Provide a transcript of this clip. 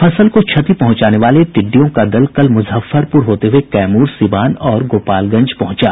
फसल को क्षति पहुंचाने वाले टिड्डियों का दल कल मुजफ्फरपुर होते हुये कैमूर सीवान और गोपालगंज पहुंचा